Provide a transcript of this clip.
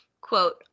Quote